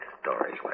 stories